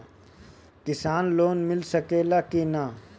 किसान लोन मिल सकेला कि न?